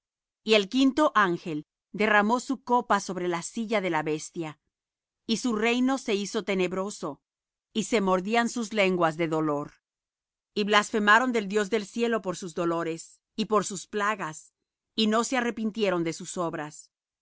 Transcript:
y el quinto ángel derramó su copa sobre la silla de la bestia y su reino se hizo tenebroso y se mordían sus lenguas de dolor y blasfemaron del dios del cielo por sus dolores y por sus plagas y no se arrepintieron de sus obras